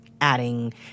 adding